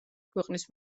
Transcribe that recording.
ქვეყნის